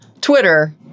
Twitter